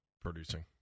producing